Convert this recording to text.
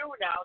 now